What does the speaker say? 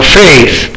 faith